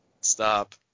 stop